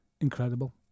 Incredible